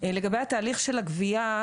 לגבי התהליך של הגבייה,